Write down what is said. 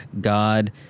God